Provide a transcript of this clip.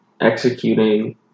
executing